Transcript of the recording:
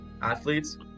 Athletes